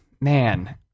man